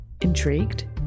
Intrigued